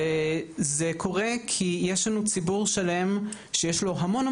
וזה קורה כי יש לנו ציבור שלם שיש לו המון,